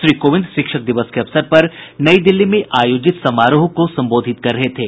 श्री कोविंद शिक्षक दिवस के अवसर पर नई दिल्ली में आयोजित समारोह को संबोधित कर रहे थे